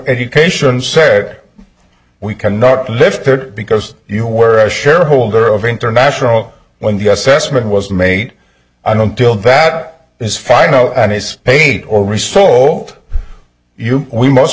education said we cannot lift third because you were a shareholder of international when the assessment was made i don't tilt that is final and he's paid or resold you we must